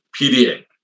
PDA